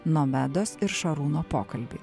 nomedos ir šarūno pokalbį